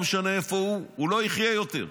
לא משנה איפה הוא, הוא לא יחיה יותר.